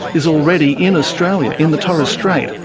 is already in australia, in the torres strait,